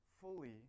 fully